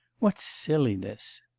what silliness!